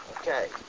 Okay